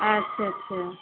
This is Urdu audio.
اچھا اچھا